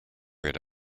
read